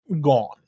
gone